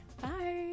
bye